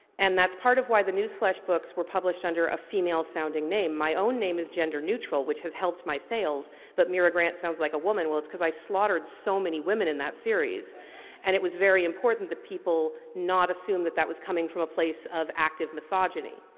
and that's part of why the newsflash books were published under a female sounding name. my own name is gender neutral which has helped my sales but mira grant sounds like a woman. well it's because i slaughtered so many women in that series and it was very important that people not assume that that was coming from a place of active misogyny.